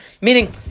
Meaning